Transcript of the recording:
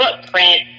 footprint